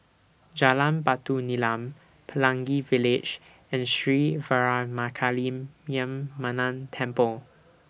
Jalan Batu Nilam Pelangi Village and Sri Veeramakaliamman Temple